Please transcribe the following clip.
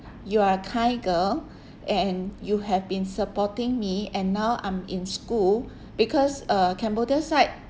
you are a thai girl and you have been supporting me and now I'm in school because uh cambodia side